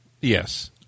Yes